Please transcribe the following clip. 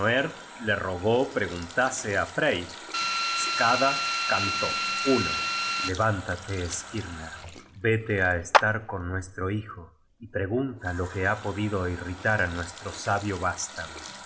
le rogó preguntase á frey skada cantó levántate skirner vete á estar con nuestro hijo y pregunta lo que ha podido irritar á nuestro sabio váslago